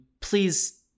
please